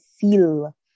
feel